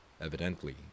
Evidently